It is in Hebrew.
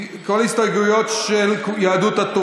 מסירים את ההסתייגויות.